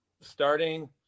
starting